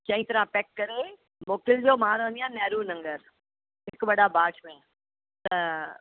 चङी तरह पैक करे मोकिलिजो मां रहंदी आहियां नेहरु नगर हिकु बटा पांच में त